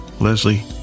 Leslie